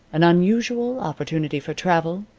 an unusual opportunity for travel,